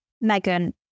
Megan